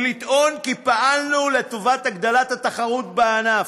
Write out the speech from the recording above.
ולטעון: פעלנו להגדלת התחרות בענף.